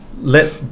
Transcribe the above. Let